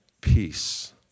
peace